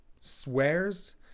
swears